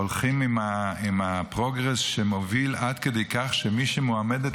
הולכים עם הפרוגרס שמוביל, עד כדי כך שמי שמועמדת